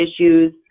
issues